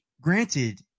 granted